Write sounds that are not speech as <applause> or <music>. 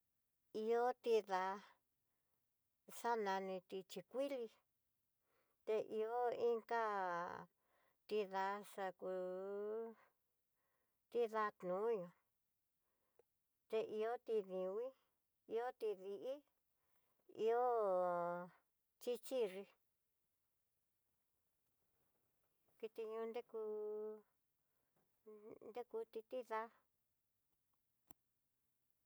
Ihó tidaá xa naniti xhikuili, te ihó inga tida'a xaku'u tidá toiin, té ihóti nrekui, ihó ti ndii, ihó chí chinri'í, kiti ño'o nreku, nrekuti <hesitation> tida'a.